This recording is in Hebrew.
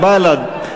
בל"ד,